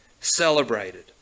celebrated